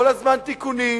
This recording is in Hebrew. כל הזמן תיקונים,